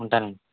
ఉంటానండీ